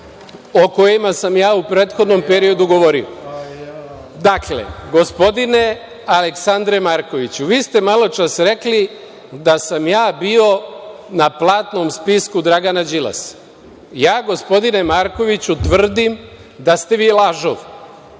o kojima sam ja u prethodnom periodu govorio. Gospodine Aleksandre Markoviću, vi ste maločas rekli da sam ja bio na platnom spisku Dragana Đilasa. Ja, gospodine Markoviću, tvrdim da ste vi lažov.